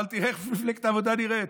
אבל תראה איך מפלגת העבודה נראית.